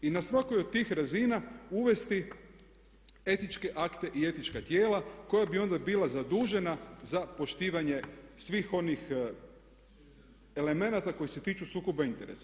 I na svakoj od tih razina uvesti etičke akte i etička tijela koja bi onda bila zadužena za poštivanje svih onih elemenata koji se tiču sukoba interesa.